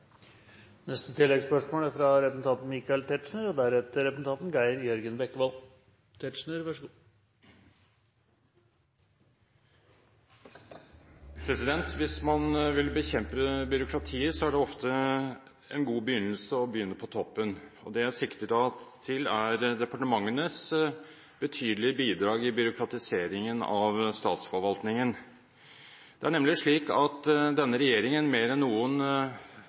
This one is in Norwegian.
Michael Tetzschner – til oppfølgingsspørsmål. Hvis man vil bekjempe byråkratiet, er det ofte en god begynnelse å begynne på toppen. Det jeg da sikter til, er departementenes betydelige bidrag i byråkratiseringen av statsforvaltningen. Det er nemlig slik at denne regjeringen mer enn noen